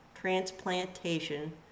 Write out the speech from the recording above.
transplantation